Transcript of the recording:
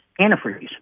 antifreeze